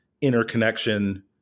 interconnection